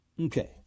Okay